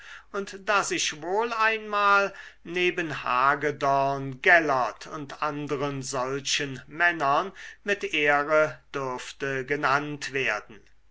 und daß ich wohl einmal neben hagedorn gellert und anderen solchen männern mit ehre dürfte genannt werden